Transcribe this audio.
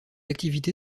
activité